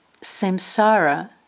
Samsara